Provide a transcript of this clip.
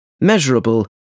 measurable